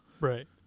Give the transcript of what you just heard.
right